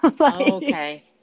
Okay